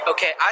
Okay